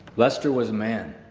lester was a man